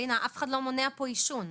אף אחד לא מונע פה עישון.